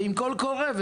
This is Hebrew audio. ועם קול קורא,